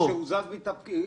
הוזז מתפקידו.